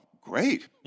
Great